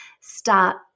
start